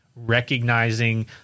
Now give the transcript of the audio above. recognizing